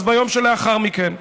אז ביום שלאחר מכן.